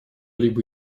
либо